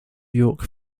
york